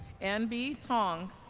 anh b. tong